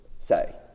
say